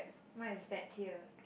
mine is bet here